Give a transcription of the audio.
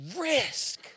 risk